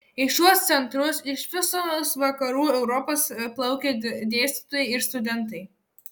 į šiuos centrus iš visos vakarų europos plaukė dėstytojai ir studentai